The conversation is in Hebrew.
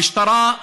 המשטרה,